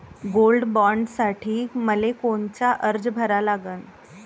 Gold बॉण्डसाठी मले कोनचा अर्ज भरा लागन?